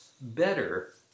better